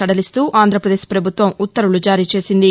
సడలిస్తూ ఆంధ్రప్రదేశ్ పభుత్వం ఉత్తర్వులు జారీ చేసింది